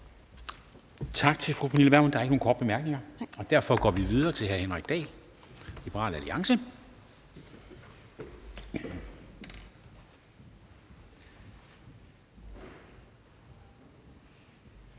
Tak til fru Pernille Vermund. Der er ikke nogen korte bemærkninger, og derfor går vi videre til hr. Henrik Dahl, Liberal Alliance.